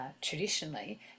traditionally